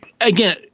again